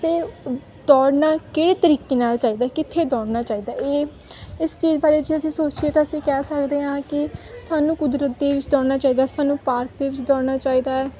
ਅਤੇ ਦੌੜਨਾ ਕਿਹੜੇ ਤਰੀਕੇ ਨਾਲ ਚਾਹੀਦਾ ਕਿੱਥੇ ਦੌੜਨਾ ਚਾਹੀਦਾ ਇਹ ਇਸ ਚੀਜ਼ ਬਾਰੇ ਜੇ ਅਸੀਂ ਸੋਚੀਏ ਤਾਂ ਅਸੀਂ ਕਹਿ ਸਕਦੇ ਹਾਂ ਕਿ ਸਾਨੂੰ ਕੁਦਰਤ ਦੇ ਵਿੱਚ ਦੌੜਨਾ ਚਾਹੀਦਾ ਹੈ ਸਾਨੂੰ ਪਾਰਕ ਦੇ ਵਿੱਚ ਦੌੜਨਾ ਚਾਹੀਦਾ ਹੈ